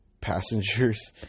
passengers